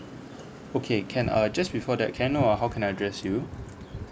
okay can uh just before that can I know uh how can I address you